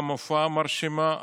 גם הופעה מרשימה,